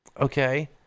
Okay